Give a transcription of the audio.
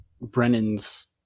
Brennan's